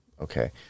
Okay